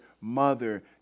mother